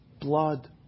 blood